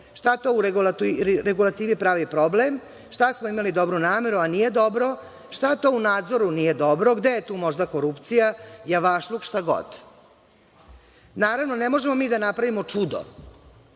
šta to u regulativi pravi problem, šta smo imali dobru nameru, a nije dobro, šta to u nadzoru nije dobro, gde je tu možda korupcija, javašluk, šta god. naravno, ne možemo mi da napravimo čudo,